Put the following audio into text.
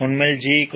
உண்மையில் G 0